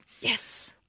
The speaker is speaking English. Yes